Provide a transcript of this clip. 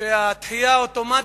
היתה דחייה אוטומטית.